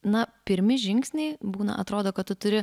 na pirmi žingsniai būna atrodo kad tu turi